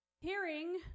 Hearing